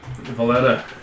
Valletta